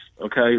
okay